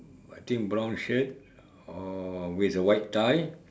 I think brown shirt or with a white tie